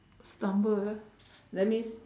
stumble that means